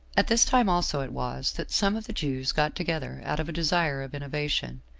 at this time also it was that some of the jews got together out of a desire of innovation.